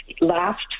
last